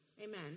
Amen